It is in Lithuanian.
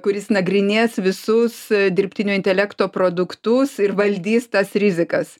kuris nagrinės visus dirbtinio intelekto produktus ir valdys tas rizikas